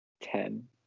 Ten